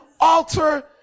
alter